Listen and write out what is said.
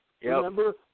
Remember